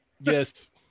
yes